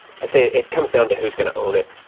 i say, it comes down to who's going to own it.